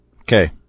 Okay